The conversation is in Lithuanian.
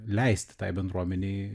leisti tai bendruomenei